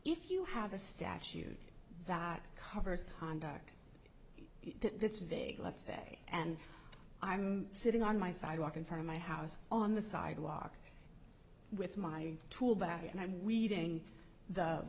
if you have a statute that covers conduct that gets vague let's say and i'm sitting on my sidewalk in front of my house on the sidewalk with my tool bag and i'm reading the